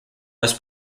was